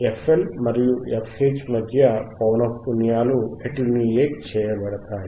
FL మరియు FH మధ్య పౌనఃపున్యాలు అటెన్యూయేట్ చేయబడతాయి